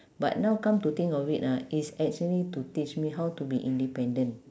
but now come to think of it ah it's actually to teach me how to be independent